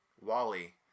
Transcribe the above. wally